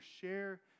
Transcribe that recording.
Share